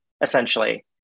essentially